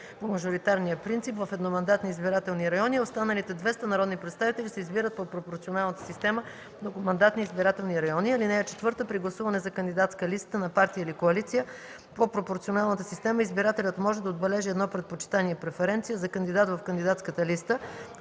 по мажоритарния принцип в едномандатни избирателни райони, а останалите двеста народни представители се избират по пропорционалната система в многомандатни избирателни райони. (4) При гласуване за кандидатска листа на партия или коалиция по пропорционалната система избирателят може да отбележи едно предпочитание (преференция) за кандидат в кандидатската листа,